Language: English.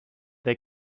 they